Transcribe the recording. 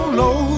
low